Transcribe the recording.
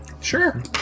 Sure